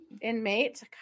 Inmate